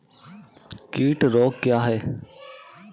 कीट रोग क्या है?